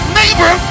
neighbor